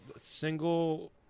single